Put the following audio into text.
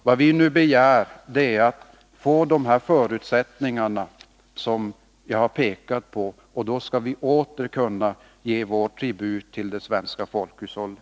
Vad vi nu begär är att vi får de förutsättningar som jag har pekat på. Då skall vi bidra med vår tribut till det svenska folkhushållet.